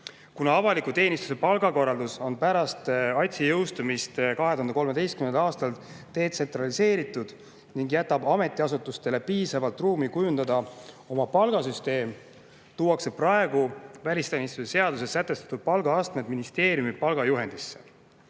Kuna avaliku teenistuse palgakorraldus on pärast ATS-i jõustumist 2013. aastal detsentraliseeritud ning jätab ametiasutustele piisavalt ruumi kujundada oma palgasüsteem, tuuakse praegu välisteenistuse seaduses sätestatud palgaastmed ministeeriumi palgajuhendisse.